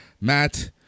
Matt